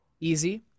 Easy